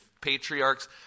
patriarchs